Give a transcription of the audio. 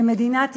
ומדינת ישראל,